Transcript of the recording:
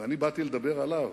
ואני באתי לדבר עליו,